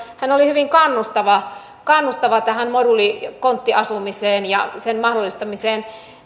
hän oli hyvin kannustava kannustava moduuli konttiasumiseen ja sen mahdollistamiseen